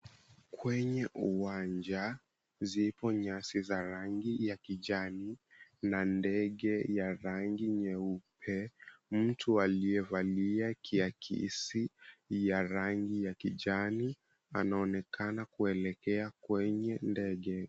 Kwenye uwanja zipo nyasi za rangi ya kijani na ndege ya rangi nyeupe mtu aliyevalia kiakisi ya rangi ya kijani anaonekana kuelekea kwenye ndege.